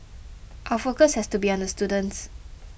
our focus has to be on the students